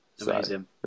Amazing